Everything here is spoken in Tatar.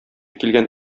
килгән